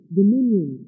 dominion